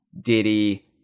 Diddy